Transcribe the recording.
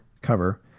cover